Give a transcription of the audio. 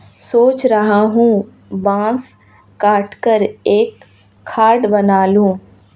सोच रहा हूं बांस काटकर एक खाट बना लूं